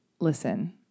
listen